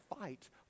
fight